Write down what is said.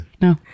No